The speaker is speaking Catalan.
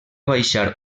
baixar